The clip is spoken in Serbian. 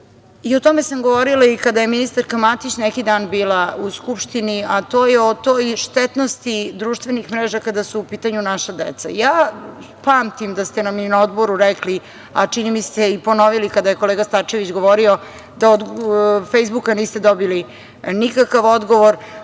i o tome sam govorila kada je ministarka Matić neki dan bila u Skupštini, a to je o toj štetnosti društvenih mreža kada su u pitanju naša deca. Ja pamtim da ste nam i na Odboru rekli, a čini mi se i ponovili kada je kolega Starčević govorio, da od Fejsbuka niste dobili nikakav odgovor.